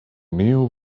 knew